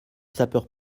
sapeurs